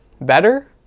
better